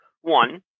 One